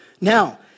Now